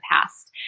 past